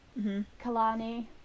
Kalani